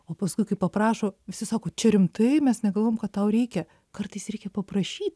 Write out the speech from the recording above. o paskui kai paprašo visi sako čia rimtai mes negalvojom kad tau reikia kartais reikia paprašyt